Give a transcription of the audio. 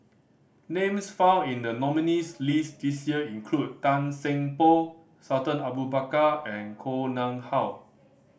names found in the nominees' list this year include Tan Seng Poh Sultan Abu Bakar and Koh Nguang How